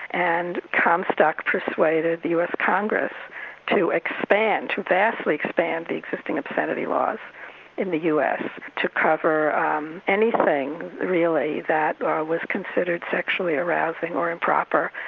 and comstock persuaded the us congress to expand, to vastly expand, the existing obscenity laws in the us to cover um anything really that was considered sexually arousing or improper,